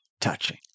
touching